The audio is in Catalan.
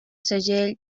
segell